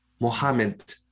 Mohammed